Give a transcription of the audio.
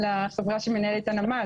החברה שמנהלת את הנמל,